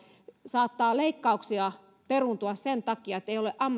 saattaa leikkauksia peruuntua sen takia